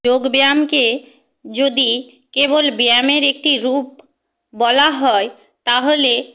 যোগব্যায়ামকে যদি কেবল ব্যায়ামের একটি রূপ বলা হয় তাহলে